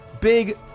big